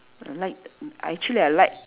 I like mm actually I like